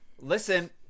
Listen